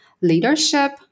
leadership